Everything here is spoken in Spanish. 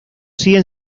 siguen